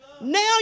Now